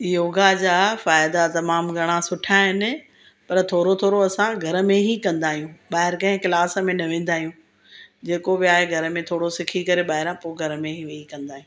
योगा जा फ़ाइदा तमामु घणा सुठा आहिनि पर थोरो थोरो असां घर में ही कंदा आहियूं ॿाहिरि कंहिं क्लास में न वेंदा आहियूं जेको बि आहे घर में थोरो सिखी करे ॿाहिरां पोइ घर में ई वेही कंदा आहियूं